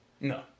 no